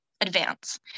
advance